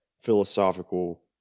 philosophical